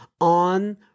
on